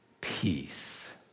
peace